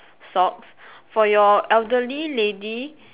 socks for your elderly lady